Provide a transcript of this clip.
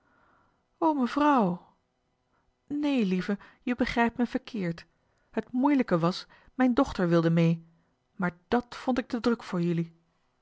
mevrouw nee lieve je begrijpt me verkéérd het moeilijke was mijn dochter wilde mee maar dat vond ik te druk voor jullie